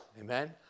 Amen